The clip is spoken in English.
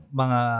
mga